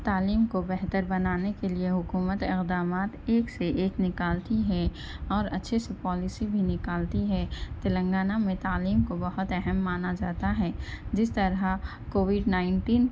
تعلیم کو بہتر بنانے کے لئے حکومت اقدمات ایک سے ایک نکالتی ہے اور اچھے سے پالیسی بھی نکالتی ہے تلنگانہ میں تعلیم کو بہت اہم مانا جاتا ہے جس طرح کووڈ نائیٹین